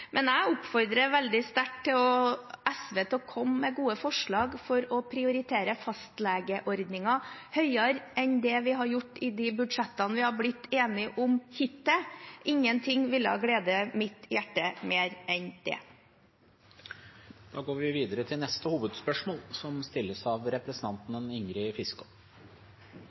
Men jeg oppfordrer veldig sterkt SV til å komme med gode forslag for å prioritere fastlegeordningen høyere enn det vi har gjort i de budsjettene vi har blitt enige om hittil. Ingenting ville glede mitt hjerte mer enn det. Da går vi videre til neste hovedspørsmål. Krigen i Ukraina har aktualisert spørsmålet om bruk av